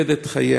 קיפד את חייה.